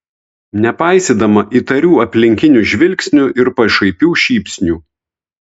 nepaisydama įtarių aplinkinių žvilgsnių ir pašaipių šypsnių